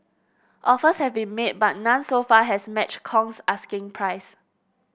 offers have been made but none so far has matched Kong's asking price